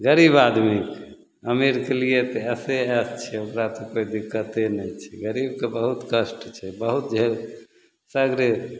गरीब आदमीके अमीरके लिए तऽ ऐशे ऐश छै ओकरा तऽ कोइ दिक्कते नहि छै गरीबके बहुत कष्ट छै बहुत झेल सगरे